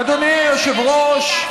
אדוני היושב-ראש,